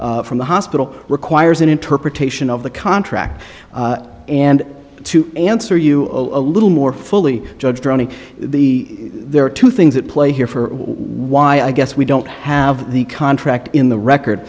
heard from the hospital requires an interpretation of the contract and to answer you a little more fully judge johnny the there are two things at play here for why i guess we don't have the contract in the record